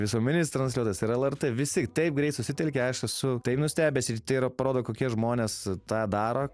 visuomeninis transliuotojas ir lrt visi taip greit susitelkė aš esu taip nustebęs ir tai yra parodo kokie žmonės tą daro